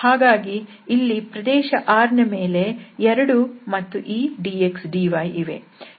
ಹಾಗಾಗಿ ಇಲ್ಲಿ ಪ್ರದೇಶ R ನ ಮೇಲೆ 2 ಮತ್ತು ಈ dx dy ಇವೆ